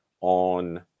on